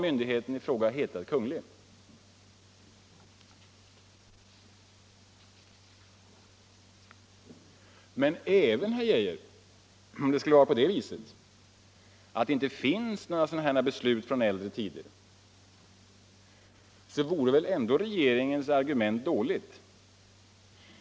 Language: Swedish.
Om åtgärder för att betecknats som Kungl. avskaffa påminnel Men, herr Geijer, även om det inte skulle finnas sådana beslut från ser om att Sverige äldre tider vore regeringens argument dåligt.